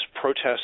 protests